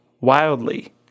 wildly